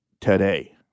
today